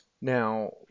Now